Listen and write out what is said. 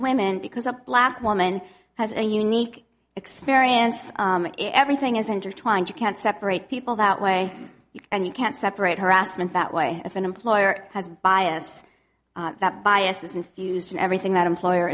women because a black woman has a unique experience everything is intertwined you can't separate people that way and you can't separate harassment that way if an employer has bias that biases infused in everything that employer